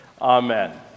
Amen